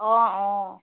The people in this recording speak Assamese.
অঁ অঁ